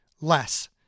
less